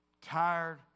tired